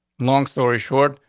long story short,